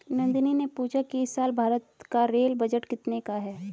नंदनी ने पूछा कि इस साल भारत का रेल बजट कितने का है?